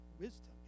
wisdom